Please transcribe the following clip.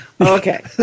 Okay